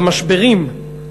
במשברים.